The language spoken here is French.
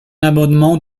amendement